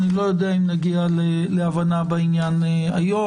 אני לא יודע אם נגיע להבנה בעניין היום.